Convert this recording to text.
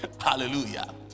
Hallelujah